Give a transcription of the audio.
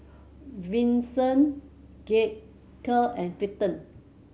Vicente Gaige and Clinton